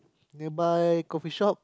nearby coffee shop